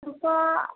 ওটা